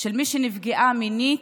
של מי שנפגע מינית,